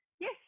Yes